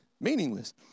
meaningless